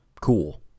cool